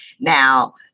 Now